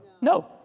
No